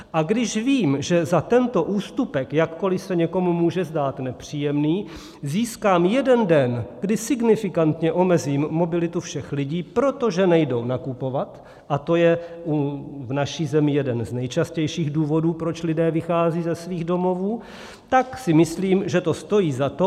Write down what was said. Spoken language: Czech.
A když vím, že za tento ústupek, jakkoli se někomu může zdát nepříjemný, získám jeden den, kdy signifikantně omezím mobilitu všech lidí, protože nejdou nakupovat, a to je v naší zemi jeden z nejčastějších důvodů, proč lidé vycházejí ze svých domovů, tak si myslím, že to stojí za to.